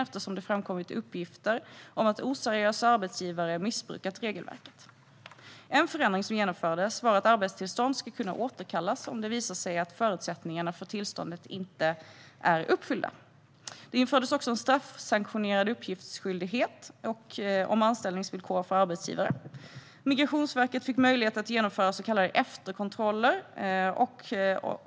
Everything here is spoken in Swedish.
Det hade framkommit uppgifter om att oseriösa arbetsgivare missbrukat regelverket. En förändring som genomfördes var att arbetstillstånd ska kunna återkallas om det visar sig att förutsättningarna för tillståndet inte är uppfyllda. Det infördes också en straffsanktionerad uppgiftsskyldighet om anställningsvillkor för arbetsgivare. Migrationsverket fick möjlighet att genomföra så kallade efterkontroller.